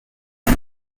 one